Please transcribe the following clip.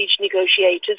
negotiators